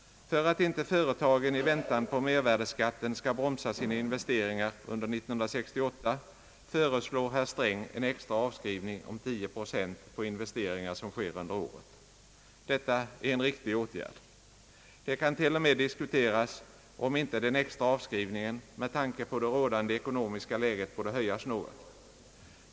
För att inte företagen i väntan på mervärdeskatten skall bromsa sina investeringar under 1968 föreslår herr Sträng en extra avskrivning om 10 procent på investeringar som sker under året. Detta är en riktig åtgärd. Det kan t.o.m. diskuteras om inte den extra avskrivningen med tanke på det rådande ekonomiska läget borde höjas något.